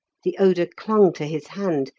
the odour clung to his hand,